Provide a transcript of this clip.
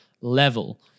level